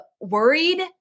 worried